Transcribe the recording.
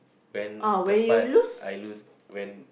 when the part I lose when